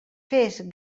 fes